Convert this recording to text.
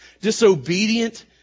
Disobedient